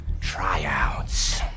Tryouts